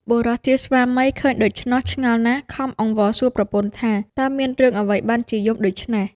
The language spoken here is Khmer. បុរសជាស្វាមីឃើញដូច្នោះឆ្ងល់ណាស់ ខំអង្វរសួរប្រពន្ធថា តើមានរឿងអ្វីបានជាយំដូច្នេះ ?។